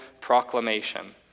proclamation